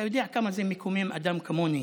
אתה יודע כמה זה מקומם אדם כמוני